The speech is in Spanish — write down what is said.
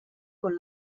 con